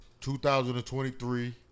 2023